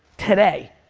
today,